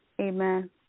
Amen